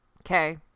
okay